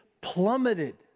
plummeted